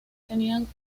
tenían